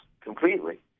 completely